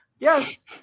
Yes